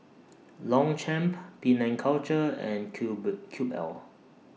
Longchamp Penang Culture and Cube Cube L